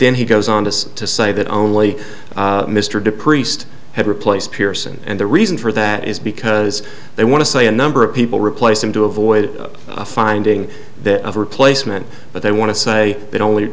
then he goes on to say that only mr de priest had replaced pearson and the reason for that is because they want to say a number of people replace him to avoid a finding that of replacement but they want to say that only